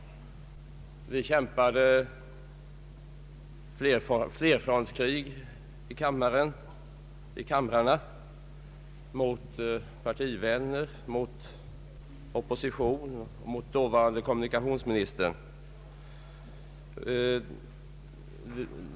Vi kämpade flerfrontskrig i kamrarna, mot partivänner, mot oppositionen och mot dåvarande kommunikationsministern.